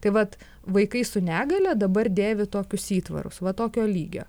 tai vat vaikai su negalia dabar dėvi tokius įtvarus va tokio lygio